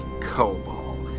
Cobalt